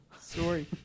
Sorry